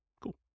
Cool